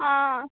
ହଁ